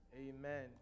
Amen